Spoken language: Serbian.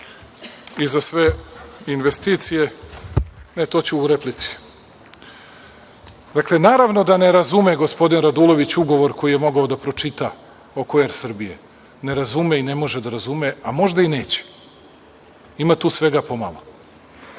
i za sve investicije. Ne, to ću u replici. Dakle, naravno da ne razume gospodin Radulović ugovor koji je mogao da pročita oko „Er Srbije“. Ne razume i ne može da razume, a možda i neće. Ima tu svega pomalo.